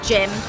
Jim